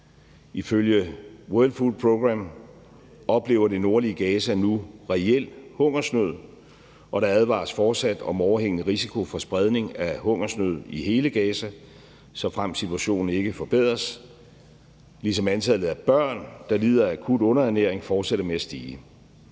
Ifølge World Food Programme oplever det nordlige Gaza nu reel hungersnød, og der advares fortsat om overhængende risiko for spredning af hungersnøden til hele Gaza, såfremt situationen ikke forbedres, ligesom antallet af børn, der lider af akut underernæring, fortsætter med at stige.